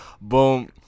Boom